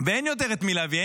ואין יותר את מי להביא.